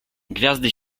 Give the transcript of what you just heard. gwiazdy